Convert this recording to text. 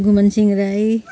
Guman Singh Rai